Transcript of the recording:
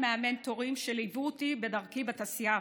מהמנטורים שליוו אותי בדרכי בתעשייה האווירית,